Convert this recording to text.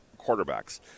quarterbacks